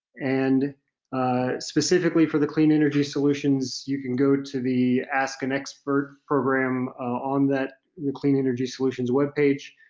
and specifically for the clean energy solutions, you can go to the ask an expert program on that clean energy solutions web page,